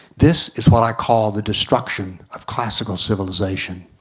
this is what i call the destruction of classical civilization.